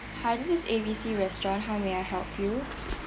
hi this is A B C restaurant how may I help you